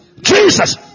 Jesus